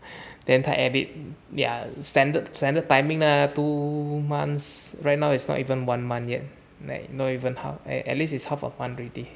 then 他 edit their standard standard timing ah two months right now is not even one month yet like not even half at least its half a month already